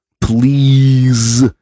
please